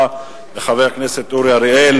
תודה לחבר הכנסת אורי אריאל.